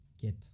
get